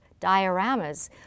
dioramas